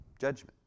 judgment